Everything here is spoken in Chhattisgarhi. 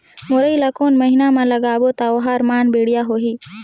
मुरई ला कोन महीना मा लगाबो ता ओहार मान बेडिया होही?